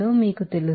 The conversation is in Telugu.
అది z2 కు సమానం